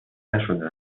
نشده